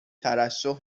ترشح